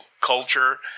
culture